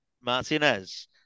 Martinez